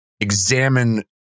examine